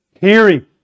hearing